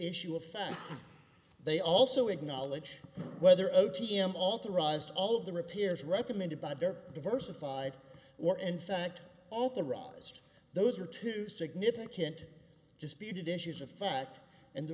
issue of fact they also acknowledge whether o t m authorized all of the repairs recommended by their diversified or in fact authorized those are two significant just beaded issues of fact and the